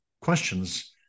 questions